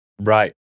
Right